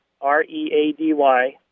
R-E-A-D-Y